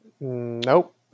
Nope